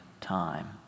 time